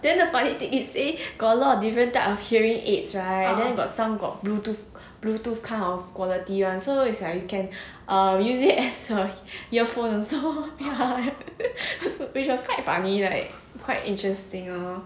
then but his his aid got a lot of different type of hearing aids right then got some got bluetooth bluetooth kind of quality [one] so is like you can err use it as a earphone also which was quite funny right quite interesting lor